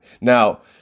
Now